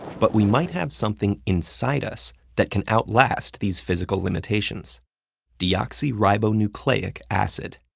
but we might have something inside us that can outlast these physical limitations deoxyribonucleic acid.